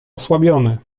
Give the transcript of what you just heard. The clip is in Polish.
osłabiony